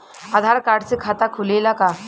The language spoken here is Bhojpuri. आधार कार्ड से खाता खुले ला का?